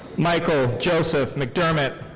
michael joseph mcdermott.